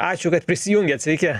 ačiū kad prisijungėt sveiki